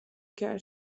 کرد